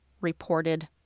reported